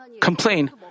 complain